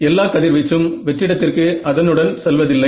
எல்லா கதிர்வீச்சும் வெற்றிடத்திற்கு அதனுடன் செல்வதில்லை